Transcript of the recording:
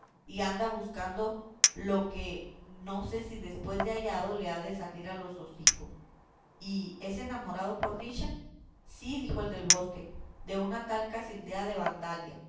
y anda buscando lo que no sé si después de hallado le ha de salir a los hocicos y es enamorado por dicha sí dijo el del bosque de una tal casildea de vandalia